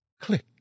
click